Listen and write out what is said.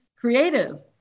creative